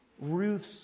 Ruth's